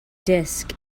disk